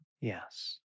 Yes